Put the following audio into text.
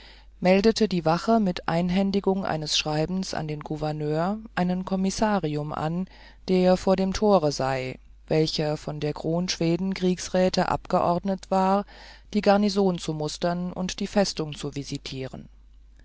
meldet die wacht mit einhändigung eines schreibens an den gouverneur einen commissarium an der vor dem tor sei welcher von der kron schweden kriegsräten abgeordnet war die garnison zu mustern und die festung zu visitieren